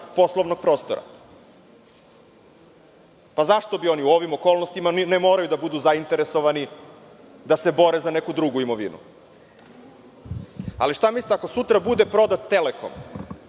poslovnog prostora. Zašto bi se oni u ovim okolnostima, ne moraju da budu zainteresovani, borili za neku drugu imovinu? Šta mislite, ako sutra bude prodat „Telekom“,